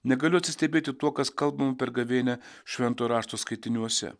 negaliu atsistebėti tuo kas kalbama per gavėnią šventojo rašto skaitiniuose